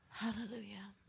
Hallelujah